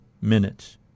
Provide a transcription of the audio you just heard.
minutes